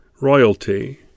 royalty